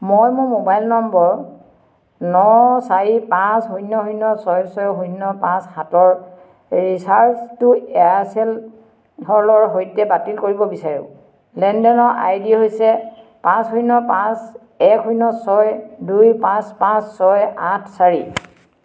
মই মোৰ mobile number ন চাৰি পাঁচ শূন্য শূন্য ছয় ছয় শূন্য পাঁচ সাতৰ ৰিচাৰ্জটো এয়াৰচেল হলৰ সৈতে বাতিল কৰিব বিচাৰো লেনদেনৰ আই ডি হৈছে পাঁচ শূন্য পাঁচ এক শূন্য ছয় দুই পাঁচ পাঁচ ছয় আঠ চাৰি